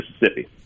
Mississippi